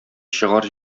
чыгар